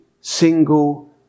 single